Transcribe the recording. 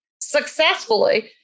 successfully